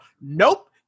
nope